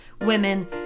women